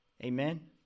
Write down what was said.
Amen